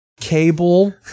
cable